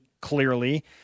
Clearly